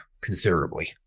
considerably